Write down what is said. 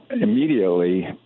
immediately